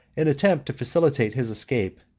an attempt to facilitate his escape,